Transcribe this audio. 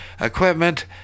equipment